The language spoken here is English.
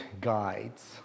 guides